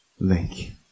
link